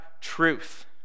truth